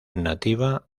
nativa